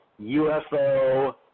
UFO